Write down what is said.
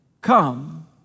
come